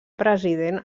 president